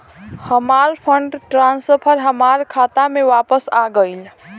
हमार fund transfer हमार खाता में वापस आ गइल